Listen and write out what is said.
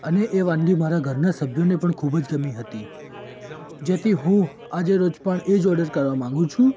અને એ વાનગી મારા ઘરના સભ્યોને પણ ખૂબ જ ગમી હતી જેથી હું આજે રોજ પણ એ જ ઑર્ડર કરવા માગુ છું